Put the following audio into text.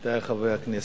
עמיתי חברי הכנסת,